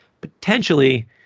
potentially